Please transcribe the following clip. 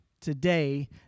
today